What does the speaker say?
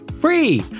Free